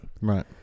Right